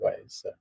ways